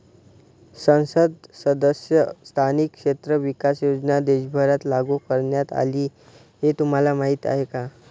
संसद सदस्य स्थानिक क्षेत्र विकास योजना देशभरात लागू करण्यात आली हे तुम्हाला माहीत आहे का?